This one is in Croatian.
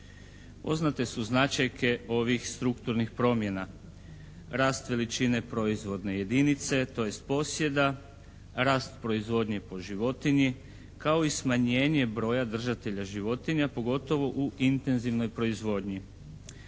Poznate su značajke ovih strukturnih promjena. Rast veličine proizvodne jedinice, tj. posjeda, rast proizvodnje po životinji kao i smanjenje broja držatelja životinja pogotovo u intenzivnoj proizvodnji.